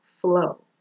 flow